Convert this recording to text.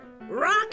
Rock